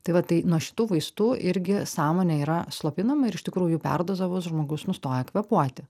tai vat tai nuo šitų vaistų irgi sąmonė yra slopinama ir iš tikrųjų perdozavus žmogus nustoja kvėpuoti